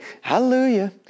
hallelujah